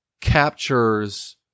captures